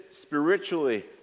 spiritually